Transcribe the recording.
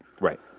right